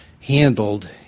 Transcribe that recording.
handled